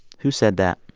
who said that?